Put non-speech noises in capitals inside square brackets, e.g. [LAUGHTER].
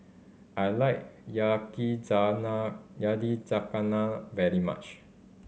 I like [UNINTELLIGIBLE] Yakizakana very much